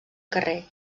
carrer